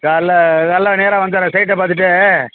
காலைல காலைல நேராக வந்துடுறேன் சைட்டை பார்த்துட்டு